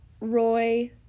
Roy